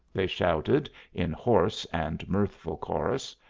they shouted in hoarse and mirthful chorus,